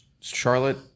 Charlotte